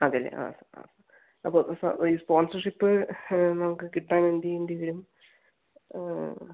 അതെ അല്ലെ ആ സാർ ആ സാർ അപ്പം ഈ സ്പോൺസർ ഷിപ്പ് നമ്മുക്ക് കിട്ടാൻ വേണ്ടി എന്ത് ചെയ്യേണ്ടി വരും